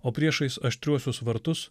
o priešais aštriuosius vartus